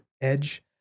Edge